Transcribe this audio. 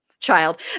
child